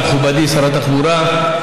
מכובדי שר התחבורה,